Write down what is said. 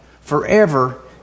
forever